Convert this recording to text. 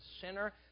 sinner